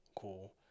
Cool